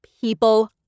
people